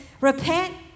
repent